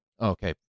Okay